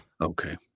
Okay